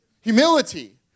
humility